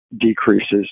decreases